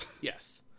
Yes